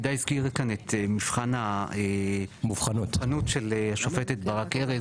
הידי הזכיר כאן את מבחן המובחנות של השופטת ברק ארז,